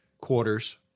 quarters